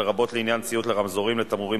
ב-15 בספטמבר,